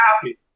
happy